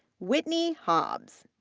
whitney hobbs,